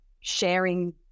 sharing